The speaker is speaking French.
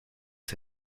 que